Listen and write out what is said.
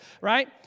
right